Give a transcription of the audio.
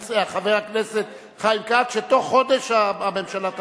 חבר הכנסת חיים כץ אמר שבתוך חודש הממשלה תבוא.